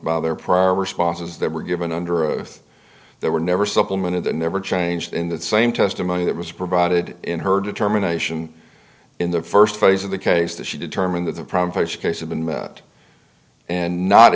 by their probe responses that were given under oath there were never supplement of the never changed in that same testimony that was provided in her determination in the first phase of the case that she determined that the prime fish case had been met and not